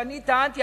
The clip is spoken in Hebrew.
שאני טענתי,